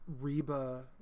Reba